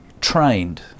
trained